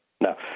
No